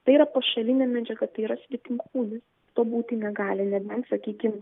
tai yra pašalinė medžiaga tai yra svetimkūnis to būti negali nebent sakykim